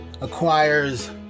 acquires